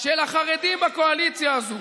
של החרדים בקואליציה הזאת.